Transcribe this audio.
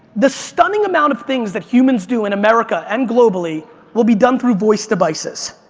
the stunning amount of things that humans do in america and globally will be done through voice devices.